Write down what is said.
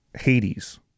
Hades